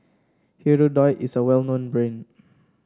Hirudoid is a well known